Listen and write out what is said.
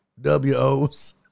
W-O-S